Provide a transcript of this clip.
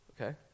okay